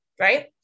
Right